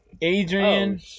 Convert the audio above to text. Adrian